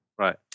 Right